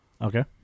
Okay